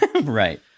right